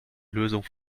lösung